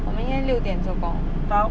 我明天六点做工